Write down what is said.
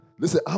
Listen